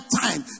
time